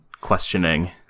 questioning